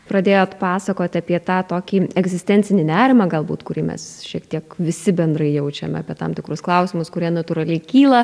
pradėjot pasakot apie tą tokį egzistencinį nerimą galbūt kurį mes šiek tiek visi bendrai jaučiame apie tam tikrus klausimus kurie natūraliai kyla